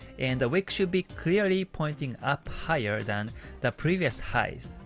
and the wick should be clearly pointed up higher than the previous highs.